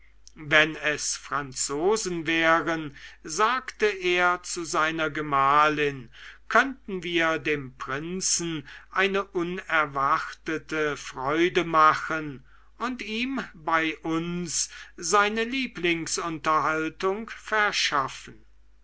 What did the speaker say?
wenn es franzosen wären sagte er zu seiner gemahlin könnten wir dem prinzen eine unerwartete freude machen und ihm bei uns seine lieblingsunterhaltung verschaffen